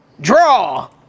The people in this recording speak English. DRAW